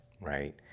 right